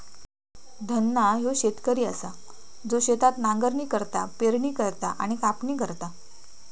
धन्ना ह्यो शेतकरी असा जो शेतात नांगरणी करता, पेरणी करता आणि कापणी करता